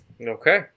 Okay